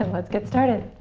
let's get started.